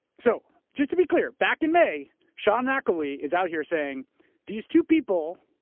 so just to be clear, back in may, sean mcelwee is out here saying these two people,